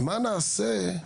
מה נעשה,